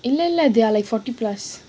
இல்ல இல்ல:illa illa they are like forty plus